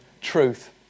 truth